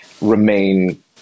remain